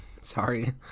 sorry